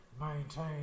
maintain